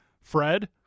Fred